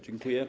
Dziękuję.